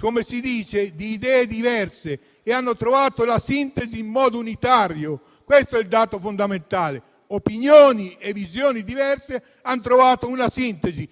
di idee diverse e hanno trovato la sintesi in modo unitario. Questo è il dato fondamentale: opinioni e visioni diverse hanno trovato una sintesi,